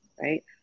Right